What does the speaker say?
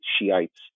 Shiites